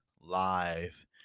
live